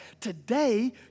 Today